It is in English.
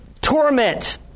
torment